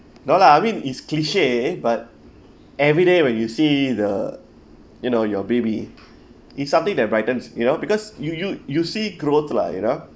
no lah I mean is cliche but everyday when you see the you know your baby is something that brightens you know because you you you see growth lah you know